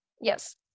Yes